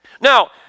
Now